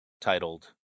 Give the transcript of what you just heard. titled